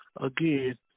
Again